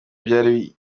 byari